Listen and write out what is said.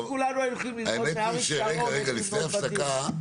אם כולנו היינו הולכים ללמוד מאריק שרון --- רגע לפני ההפסקה,